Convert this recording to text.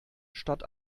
statt